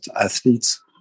athletes